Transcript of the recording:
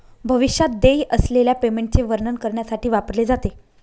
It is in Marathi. भविष्यात देय असलेल्या पेमेंटचे वर्णन करण्यासाठी वापरले जाते